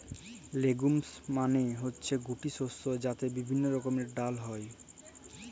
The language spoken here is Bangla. লেগুমস মালে হচ্যে গুটি শস্য যাতে বিভিল্য রকমের ডাল হ্যয়